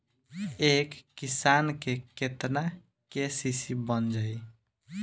एक किसान के केतना के.सी.सी बन जाइ?